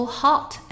hot